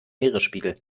meeresspiegel